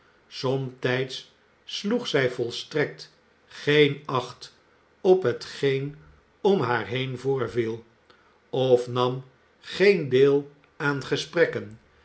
somtijds sloeg zij volstrekt geen acht op hetgeen om haar heen voorviel of nam geen deel aan gesprekken